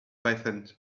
python